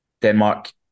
Denmark